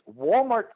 Walmart